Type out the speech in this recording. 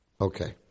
Okay